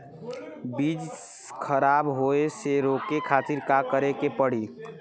बीज खराब होए से रोके खातिर का करे के पड़ी?